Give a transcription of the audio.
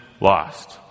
lost